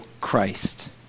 Christ